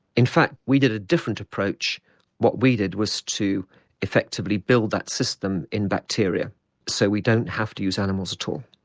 in fact we did a different approach approach what we did was to effectively build that system in bacteria so we don't have to use animals at all.